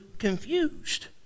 confused